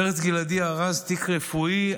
פרץ גלעדי ארז תיק רפואי,